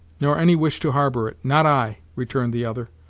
nor any wish to harbor it, not i, returned the other.